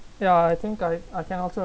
ya I think I I can also